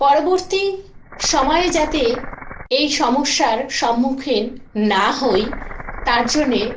পরবর্তী সময়ে যাতে এই সমস্যার সম্মুখীন না হই তার জন্যে